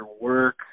work